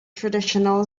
traditional